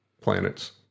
planets